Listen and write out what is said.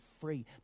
free